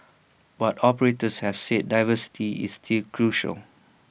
but operators have said diversity is still crucial